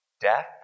death